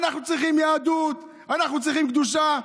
אנחנו צריכים יהדות, אנחנו צריכים קדושה,